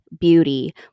beauty